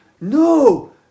No